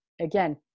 again